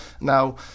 Now